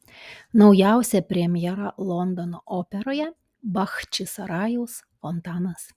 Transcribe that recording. naujausia premjera londono operoje bachčisarajaus fontanas